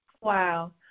Wow